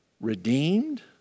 redeemed